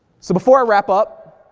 so before i wrap up,